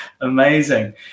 Amazing